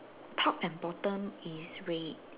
top and bottom is red